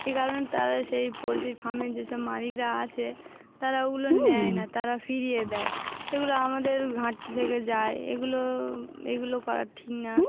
এই কারণে তারা সেই পোলট্রি ফার্মের যেসব মালিকরা আছে তারা ওগুলো নেয় না তারা ফিরিয়ে দেয় সেগুলো আমাদের ঘাটতি থেকে যায় এগুলো এগুলো করা ঠিক না